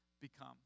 become